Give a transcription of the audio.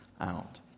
out